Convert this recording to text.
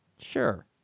sure